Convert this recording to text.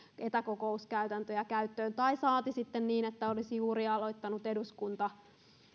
etäkokouskäytäntöjä käyttöön saati sitten niin että olisi juuri aloittanut eduskunta